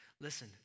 listen